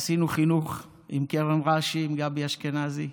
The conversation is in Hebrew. עשינו חינוך עם קרן רש"י, עם גבי אשכנזי,